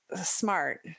smart